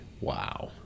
Wow